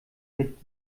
mit